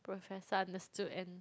professor understood and